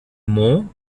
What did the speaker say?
mont